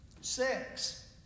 Six